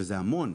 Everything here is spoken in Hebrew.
וזה המון.